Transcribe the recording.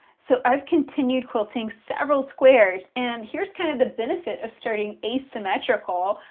so i've continued quilting several squares, and here's kind of the benefit of starting asymmetrical.